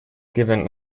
given